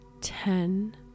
ten